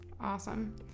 awesome